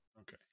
okay